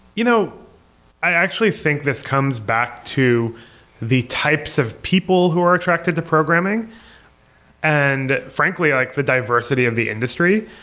you know i actually think this comes back to the types of people who are attracted to programming and frankly, like the diversity of the industry.